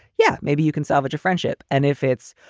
yeah, maybe you can salvage a friendship. and if it's.